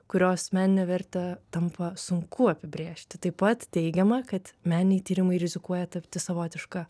kurios meninę vertę tampa sunku apibrėžti taip pat teigiama kad meniniai tyrimai rizikuoja tapti savotiška